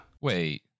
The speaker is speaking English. Wait